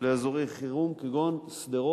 זוהי שנת פיילוט שנייה